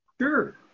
Sure